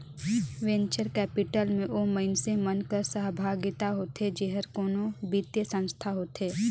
venture capital में ओ मइनसे मन कर सहभागिता होथे जेहर कोनो बित्तीय संस्था होथे